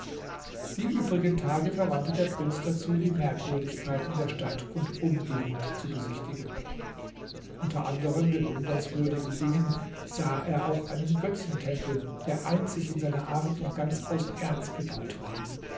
die übrigen tage verwandte der prinz dazu die merkwürdigkeiten der stadt und umgegend zu besichtigen unter anderen bewundernswürdigen dingen sah er auch einen götzentempel der einzig in seiner art und ganz aus erz gebaut war